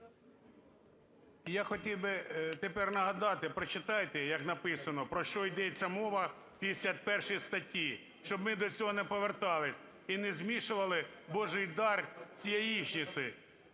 Я хотів би тепер нагадати. Прочитайте, як написано, про що йде мова в 51 статті, щоб ми до цього не поверталися і не змішували божий дар з